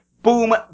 Boom